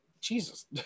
Jesus